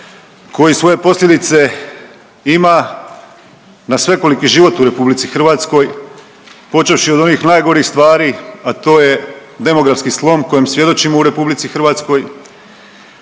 koji svoje posljedice ima na svekoliki život u RH, počevši od onih najgorih stvari, a to je demografski slom kojem svjedočimo u RH pa do